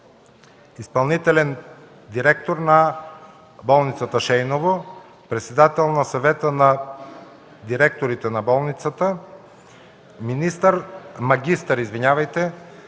Изпълнителен директор на болница „Шейново”, председател е на Съвета на директорите на болницата; магистър е